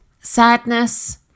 sadness